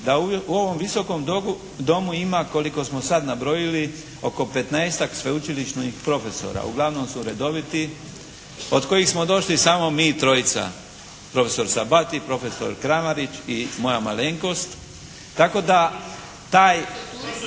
da u ovom Visokom domu ima koliko smo sada nabrojili, oko 15-tak sveučilišnih profesora. Uglavnom su redoviti, od kojih smo došli samo mi trojica, profesor Sabati, profesor Kramarić i moja malenkost, tako da taj,